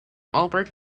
albert